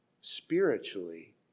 spiritually